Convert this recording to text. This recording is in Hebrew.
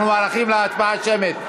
אנחנו נערכים להצבעה שמית.